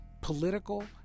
political